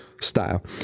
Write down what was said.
style